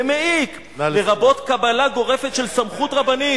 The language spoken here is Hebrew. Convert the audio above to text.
זה מעיק, "לרבות קבלה גורפת של סמכות רבנית"